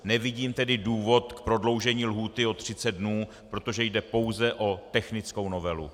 Nevidím tedy důvod k prodloužení lhůty o třicet dnů, protože jde pouze o technickou novelu.